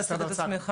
תציג את עצמך.